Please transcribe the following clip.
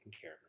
care